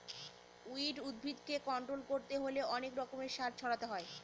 weed উদ্ভিদকে control করতে হলে অনেক রকমের সার ছড়াতে হয়